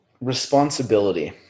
Responsibility